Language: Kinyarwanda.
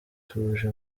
tuje